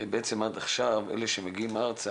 הרי בעצם עד עכשיו אלה שמגיעים ארצה,